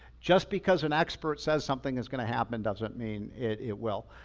just because an expert says something is going to happen doesn't mean it it will.